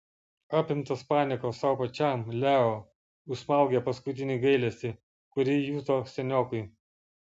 apimtas paniekos sau pačiam leo užsmaugė paskutinį gailestį kurį juto seniokui